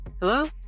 Hello